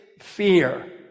fear